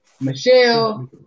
Michelle